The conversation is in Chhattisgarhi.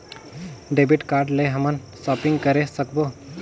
डेबिट कारड ले हमन शॉपिंग करे सकबो?